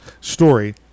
story